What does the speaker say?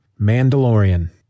Mandalorian